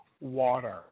water